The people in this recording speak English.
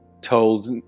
told